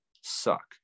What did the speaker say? suck